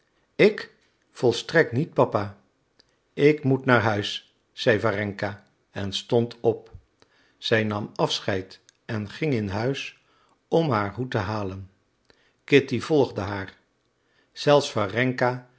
ik volstrekt niet papa ik moet naar huis zeide warenka en stond op zij nam afscheid en ging in huis om haar hoed te halen kitty volgde haar zelfs